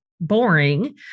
boring